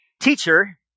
Teacher